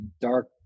dark